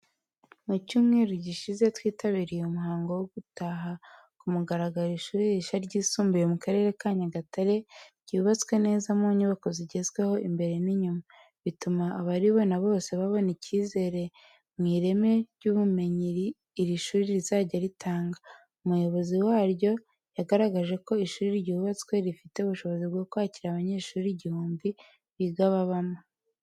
Mu cyumweru gishize, twitabiriye umuhango wo gutaha ku mugaragaro ishuri rishya ryisumbuye mu Karere ka Nyagatare, ryubatswe neza mu nyubako zigezweho imbere n’inyuma, bituma abaribona bose babona icyizere mu ireme ry’ubumenyi iri shuri rizajya ritanga. Umuyobozi waryo yagaragaje ko ishuri ryubatswe, rifite ubushobozi bwo kwakira abanyeshuri igihumbi biga babamo.